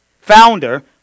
founder